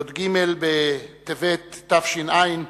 י"ג בטבת התש"ע,